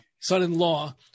son-in-law